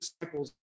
disciples